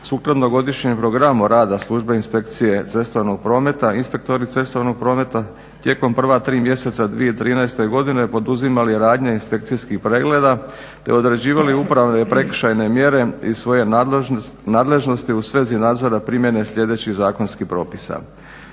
sukladno godišnjem programu rada službe inspekcije cestovnog prometa inspektori cestovnog prometa tijekom prva tri mjeseca 2013.godine poduzimali radnje inspekcijskih pregleda te određivali upravne i prekršajne mjere iz svoje nadležnosti u svezi nadzora primjene sljedećih zakonskih propisa.